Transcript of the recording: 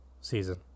season